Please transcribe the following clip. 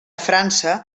frança